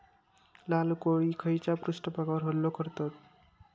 लाल कोळी खैच्या पृष्ठभागावर हल्लो करतत?